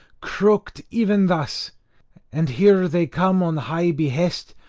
croaked even thus and here they come, on high behest,